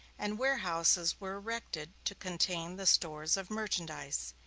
and warehouses were erected to contain the stores of merchandise.